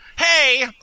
Hey